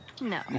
No